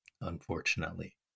unfortunately